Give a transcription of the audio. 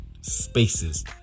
spaces